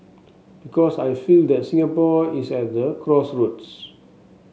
because I feel that Singapore is at the crossroads